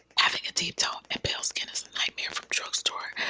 having a deep tone and pale skin is a nightmare from drugstore,